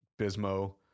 Bismo